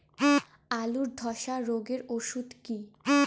আলুর ধসা রোগের ওষুধ কি?